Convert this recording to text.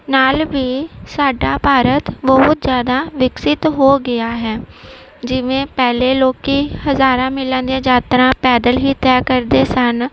ਨਾਲ ਵੀ ਸਾਡਾ ਭਾਰਤ ਬਹੁਤ ਜ਼ਿਆਦਾ ਵਿਕਸਿਤ ਹੋ ਗਿਆ ਹੈ ਜਿਵੇਂ ਪਹਿਲੇ ਲੋਕ ਹਜ਼ਾਰਾਂ ਮੀਲਾਂ ਦੀਆਂ ਯਾਤਰਾ ਪੈਦਲ ਹੀ ਤੈਅ ਕਰਦੇ ਸਨ